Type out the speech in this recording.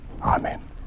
Amen